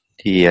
thì